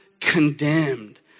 condemned